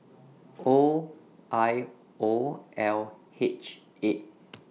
O I O L H eight